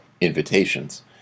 invitations